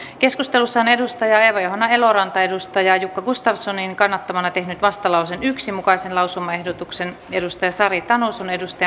keskustelussa on eeva johanna eloranta jukka gustafssonin kannattamana tehnyt vastalauseen yhden mukaisen lausumaehdotuksen sari tanus on